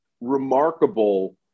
remarkable